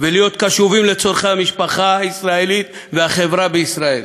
ולהיות קשובים לצורכי המשפחה הישראלית והחברה בישראל.